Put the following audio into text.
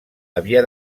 havia